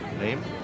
Name